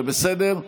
זה בסדר?